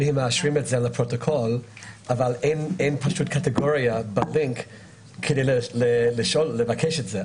אם הם מאשרים את זה לפרוטוקול אבל אין פשוט קטגוריה כדי לבקש את זה,